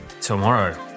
tomorrow